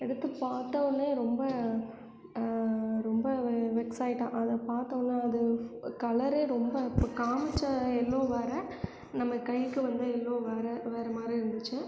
எடுத்து பார்த்த உட்னே ரொம்ப ரொம்ப வெக்ஸ் ஆயிட்டேன் அதை பார்த்த உட்னே அது கலரே ரொம்ப இப்போ காமிச்ச எல்லோ வேறு நம்ம கைக்கு வந்த எல்லோ வேறு வேறு மாதிரி இருந்துச்சு